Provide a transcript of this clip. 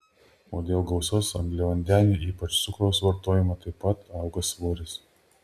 o dėl gausaus angliavandenių ypač cukraus vartojimo taip pat auga svoris